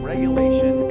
Regulation